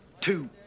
two